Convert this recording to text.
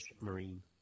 marine